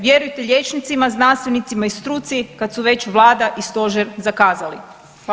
Vjerujte liječnicima, znanstvenicima i struci kada su već Vlada i stožer zakazali.